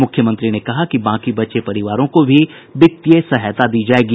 मुख्यमंत्री ने कहा कि बाकी बचे परिवारों को भी वित्तीय सहायता दी जाएगी